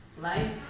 Life